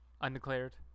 Undeclared